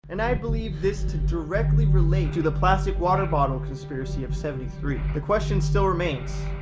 and i believe this to directly relate to the plastic water bottle conspiracy of seventy three. the question still remains.